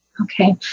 Okay